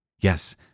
Yes